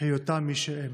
היותם מי שהם.